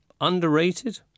underrated